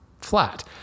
flat